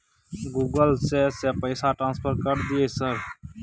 Google से से पैसा ट्रांसफर कर दिय सर?